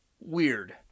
weird